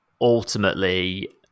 ultimately